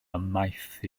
ymaith